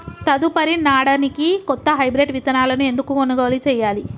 తదుపరి నాడనికి కొత్త హైబ్రిడ్ విత్తనాలను ఎందుకు కొనుగోలు చెయ్యాలి?